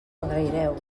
agraireu